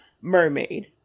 mermaid